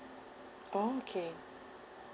okay